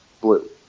Blue